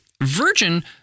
Virgin